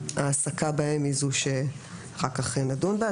שההעסקה בהם היא זו שאחר כך נדון בה.